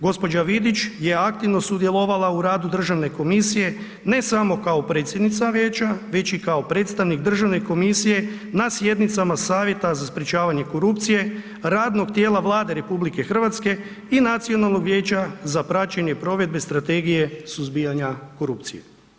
Gđa. Vidić je aktivno sudjelovala u radu Državne komisije ne samo kao predsjednica vijeća već i kao predstavnik Državne komisije na sjednicama Savjeta za sprječavanje korupcije, radnog tijela Vlade RH i Nacionalnog vijeća za praćenje provedbe strategije suzbijanja korupcije.